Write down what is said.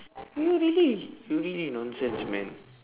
you really you really nonsense man